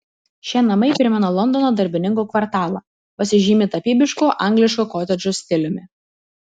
šie namai primena londono darbininkų kvartalą pasižymi tapybišku angliškų kotedžų stiliumi